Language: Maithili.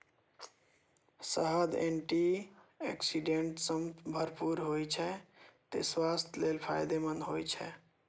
शहद एंटी आक्सीडेंट सं भरपूर होइ छै, तें स्वास्थ्य लेल फायदेमंद होइ छै